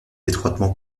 étroitement